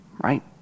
right